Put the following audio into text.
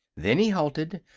then he halted,